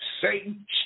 Satan